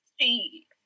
See